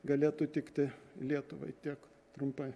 galėtų tikti lietuvai tiek trumpai